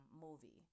movie